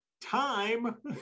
time